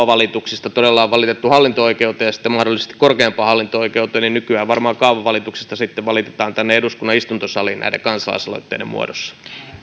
kaavapäätöksistä todella on valitettu hallinto oikeuteen ja sitten mahdollisesti korkeimpaan hallinto oikeuteen niin nykyään varmaan kaavapäätöksistä sitten valitetaan tänne eduskunnan istuntosaliin näiden kansalaisaloitteiden muodossa